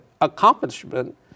accomplishment